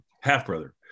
Half-brother